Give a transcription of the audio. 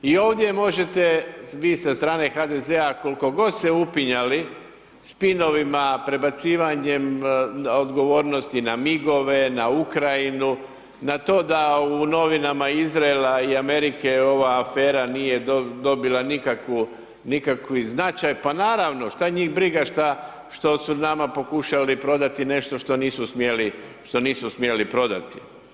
I ovdje možete vi sa strane HDZ-a koliko god se upinjali spinovima, prebacivanjem odgovornosti na migove, na Ukrajinu, na to da u novinama Izraela i Amerika ova afera nije dobila nikavu, nikavi značaj, pa naravno, šta njih briga šta, što su nama pokušali prodati nešto što nisu smjeli, što nisu smjeli prodati.